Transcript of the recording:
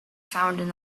found